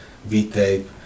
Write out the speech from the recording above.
V-tape